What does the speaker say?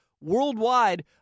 worldwide